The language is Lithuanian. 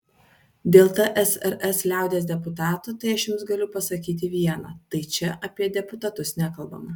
dėl tsrs liaudies deputatų tai aš jums galiu pasakyti viena tai čia apie deputatus nekalbama